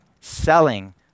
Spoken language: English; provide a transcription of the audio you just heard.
selling